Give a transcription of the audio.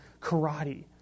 karate